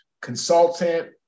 consultant